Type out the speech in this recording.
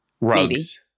Rugs